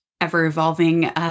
ever-evolving